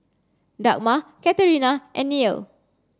Dagmar Katerina and Neal